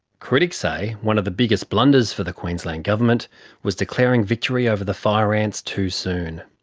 critics say one of the biggest blunders for the queensland government was declaring victory over the fire ants too soon.